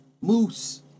Moose